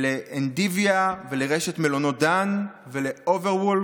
לאנדיביה, לרשת מלונות דן, ל-Overwol,